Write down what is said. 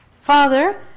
father